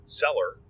seller